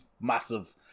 massive